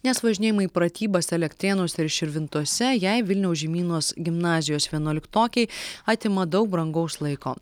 nes važinėjimai į pratybas elektrėnuose ir širvintose jai vilniaus žemynos gimnazijos vienuoliktokei atima daug brangaus laiko